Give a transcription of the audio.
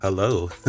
Hello